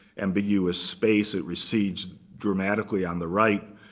ambiguous space it recedes dramatically on the right.